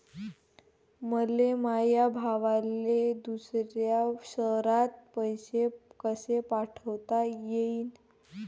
मले माया भावाले दुसऱ्या शयरात पैसे कसे पाठवता येईन?